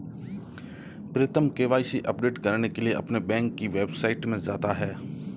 प्रीतम KYC update करने के लिए अपने बैंक की वेबसाइट में जाता है